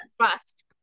trust